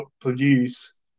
produce